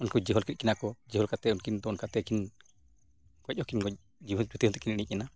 ᱩᱱᱠᱤᱱ ᱡᱤᱦᱚᱞ ᱠᱮᱜ ᱠᱤᱱᱟᱹ ᱠᱚ ᱡᱤᱦᱚᱞ ᱠᱟᱛᱮᱫ ᱩᱱᱠᱤᱱ ᱫᱚᱱ ᱠᱟᱛᱮᱫ ᱠᱤᱱ ᱜᱚᱡ ᱦᱚᱸᱠᱤᱱ ᱜᱚᱡ ᱡᱤᱣᱤ ᱵᱟᱹᱛᱤᱦᱚᱸ ᱛᱟᱹᱠᱤᱱ ᱤᱲᱤᱡ ᱮᱱᱟ